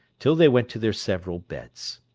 till they went to their several beds.